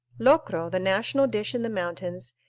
locro, the national dish in the mountains,